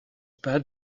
pas